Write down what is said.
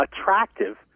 attractive